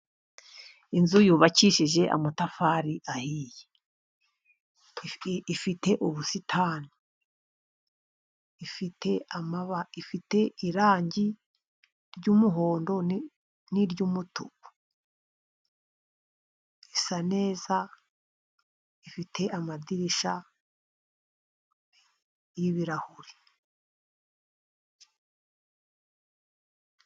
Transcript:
Inzu yubakishije amatafari ahiye ifite ubusitani, ifite irangi ry'umuhondo n'iry'umutuku, isa neza ifite amadirishya y'ibirahuri.